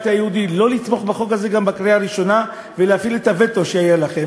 היהודי לא לתמוך בה גם בקריאה הראשונה ולהפעיל את הווטו שהיה להם.